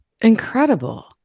incredible